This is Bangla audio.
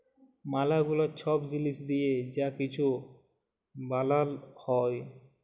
ম্যালা গুলা ছব জিলিস দিঁয়ে যা কিছু বালাল হ্যয়